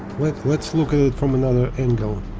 what let's look at it from another angle